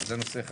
זה נושא אחד.